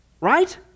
Right